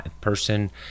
person